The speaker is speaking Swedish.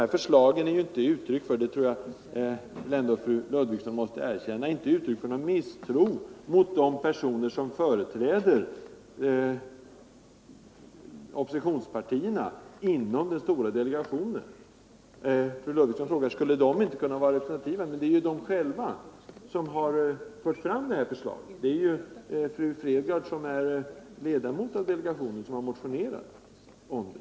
Det förslag vi diskuterar är inte något uttryck för — det tror jag att fru Ludvigsson måste erkänna — någon misstro mot de personer som inom den stora delegationen företräder oppositionspartierna. Fru Ludvigsson frågade ju, om de inte anses representativa. På det vill jag svara, att det är de själva som har fört fram förslaget. Fru Fredgardh, som är ledamot av delegationen, har motionerat i ärendet.